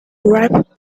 ripe